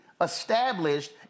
established